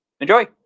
Enjoy